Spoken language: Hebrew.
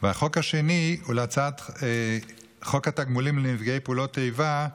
והחוק השני הוא הצעת חוק התגמולים לנפגעי פעולות איבה,